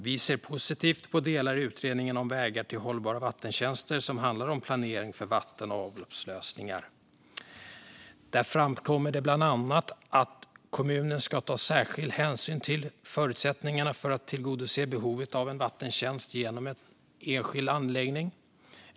Vi ser positivt på delar i utredningen Vägar till hållbara vattentjänster , som handlar om planering för vatten och avloppslösningar. Där framkommer det bland annat att kommunen ska ta särskild hänsyn till förutsättningarna för att tillgodose behovet av en vattentjänst genom en enskild anläggning.